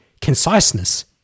conciseness